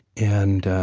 and